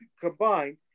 combined